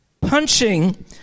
punching